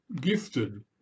gifted